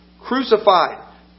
crucified